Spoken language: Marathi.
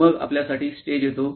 मग आपल्यासाठी स्टेज येतो